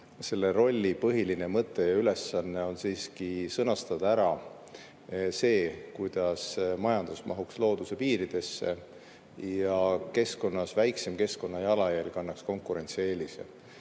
selle rolli põhiline mõte ja ülesanne on siiski sõnastada ära see, kuidas majandus mahuks looduse piiridesse ja väiksem keskkonnajalajälg annaks konkurentsieelise.